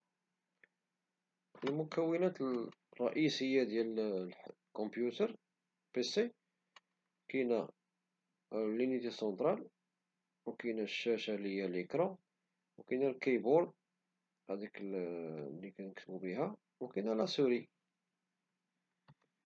المكونات الرئيسية ديال الكمبيوتر - بيسي- هي لينيتي سونترال وكاين الشاشة لي هي ليكرون وكاين الكيبورد -لي كنكتبو بها- وكاين لا سوري